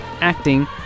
acting